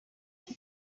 your